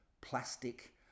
plastic